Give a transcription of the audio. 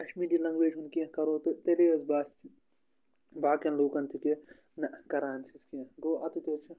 Kashmiri language ہُنٛد کینٛہہ کَرو تہٕ تیٚلی حظ باسہِ باقیَن لوٗکَن تہِ کہِ نہ کَران چھِس کینٛہہ گوٚو اَتِتھ تہِ حظ چھِ